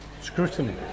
scrutiny